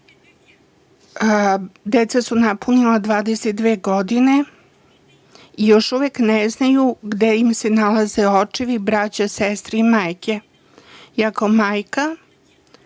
Deca su napunila 22 godine i još uvek ne znaju gde im se nalaze očevi, braća, sestre i majke.